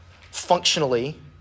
functionally